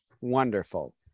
Wonderful